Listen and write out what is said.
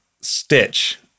stitch